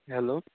hello